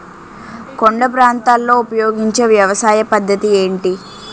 కొండ ప్రాంతాల్లో ఉపయోగించే వ్యవసాయ పద్ధతి ఏంటి?